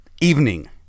evening